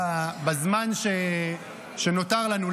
בזמן שנותר לנו,